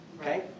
Okay